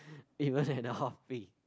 even at the off peak